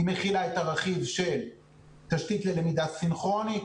היא מכילה את הרכיב של תשתית ללמידה סינכרונית,